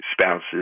spouses